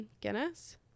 Guinness